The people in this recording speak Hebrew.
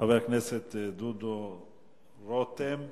חבר הכנסת דודו רותם,